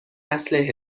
نسل